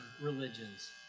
religions